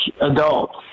adults